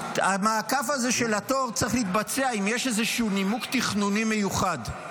--- המעקף הזה של התור צריך להתבצע אם יש איזשהו נימוק תכנוני מיוחד.